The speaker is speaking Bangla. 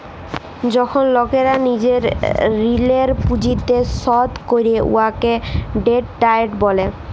যখল লকেরা লিজের ঋলের পুঁজিকে শধ ক্যরে উয়াকে ডেট ডায়েট ব্যলে